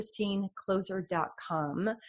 christinecloser.com